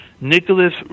nicholas